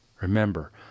Remember